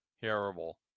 terrible